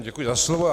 Děkuji za slovo.